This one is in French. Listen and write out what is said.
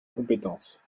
compétences